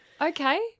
Okay